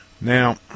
now